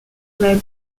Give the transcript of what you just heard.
fled